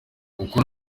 kuko